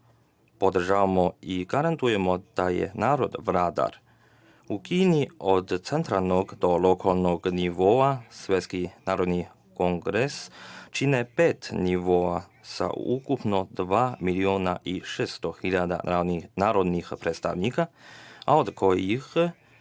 Podržavamo i garantujemo da je narod vladar u Kini, od centralnog do lokalnog nivoa. Svetski narodni kongres čini pet nivoa sa ukupno dva miliona i 600 hiljada narodnih predstavnika, a od kojih